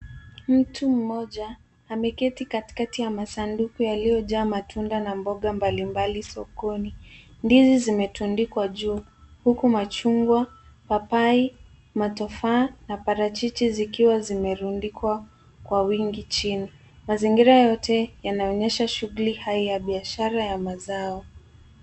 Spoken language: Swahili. Mtu mmoja ameketi katikati ya masanduku yaliyojaa matunda na mboga mbalimbali sokoni. Ndizi zimetundikwa juu huku machungwa, papai na tofaha na parachichi zikiwa zimerundikwa kwa wingi chini. Mazingira yote yanaonyesha shughuli hai ya biashara ya mazao.